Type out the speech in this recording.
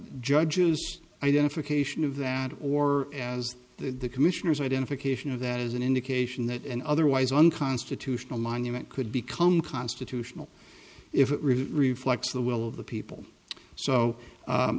judge's identification of that or as the commissioners identification of that as an indication that an otherwise unconstitutional monument could become constitutional if it really reflects the will of the people so